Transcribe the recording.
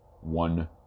one